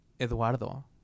Eduardo